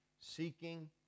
seeking